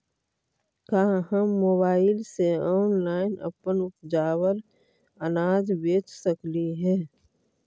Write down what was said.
का हम मोबाईल से ऑनलाइन अपन उपजावल अनाज बेच सकली हे?